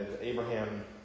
Abraham